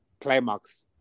climax